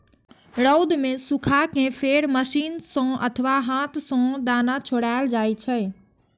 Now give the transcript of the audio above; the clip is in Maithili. रौद मे सुखा कें फेर मशीन सं अथवा हाथ सं दाना छोड़ायल जाइ छै